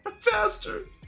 Faster